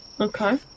Okay